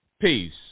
Peace